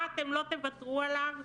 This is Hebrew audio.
מה אתם לא תוותרו עליו?